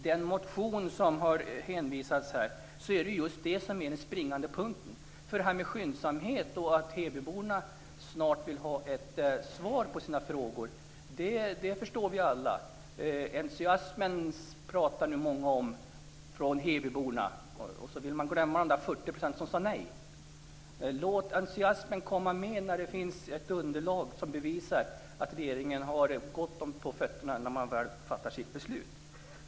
Den motion som det har hänvisats till är just den springande punkten, för att hebyborna snart vill ha ett svar på sina frågor förstår vi alla. Många talar om entusiasmen från hebyborna, och sedan vill man glömma de 40 % som sade nej i folkomröstningen. Låt entusiasmen komma fram när det finns ett underlag som bevisar att regeringen har väl på fötter när man väl fattar sitt beslut.